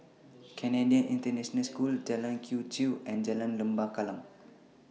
Canadian International School Jalan Quee Chew and Jalan Lembah Kallang